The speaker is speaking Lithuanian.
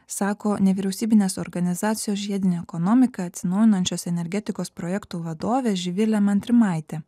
sako nevyriausybinės organizacijos žiedinė ekonomika atsinaujinančios energetikos projektų vadovė živilė mantrimaitė